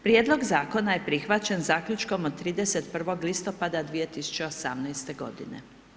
Prijedlog Zakona je prihvaćen zaključkom od 31. listopada 2018. godine.